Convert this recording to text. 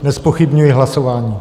Nezpochybňuji hlasování.